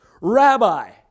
Rabbi